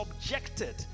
subjected